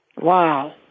Wow